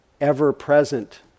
ever-present